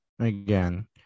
again